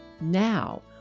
Now